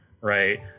right